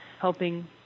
helping